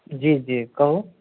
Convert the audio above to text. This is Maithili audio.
जी जी कहू